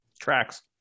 Tracks